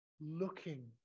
looking